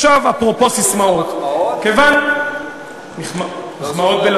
עכשיו, אפרופו ססמאות, כיוון, חלקתי לך מחמאות?